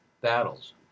battles